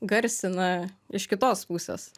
garsina iš kitos pusės